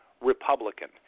Republican